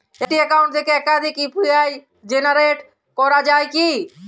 একটি অ্যাকাউন্ট থেকে একাধিক ইউ.পি.আই জেনারেট করা যায় কি?